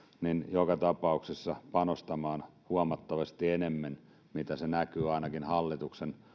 joka tapauksessa panostamaan huomattavasti enemmän mitä se näkyy ainakin hallituksen